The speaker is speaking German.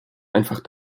einfach